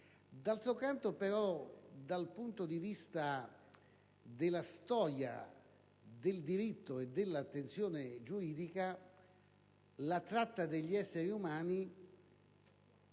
D'altro canto, dal punto di vista della storia del diritto e dell'attenzione giuridica, la tratta degli esseri umani